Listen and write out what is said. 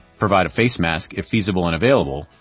provide a face mask if feasible and available,